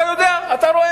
ראינו